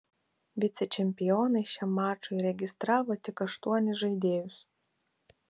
vicečempionai šiam mačui registravo tik aštuonis žaidėjus